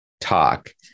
talk